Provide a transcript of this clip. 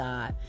God